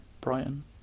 Brighton